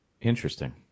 Interesting